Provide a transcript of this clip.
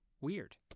weird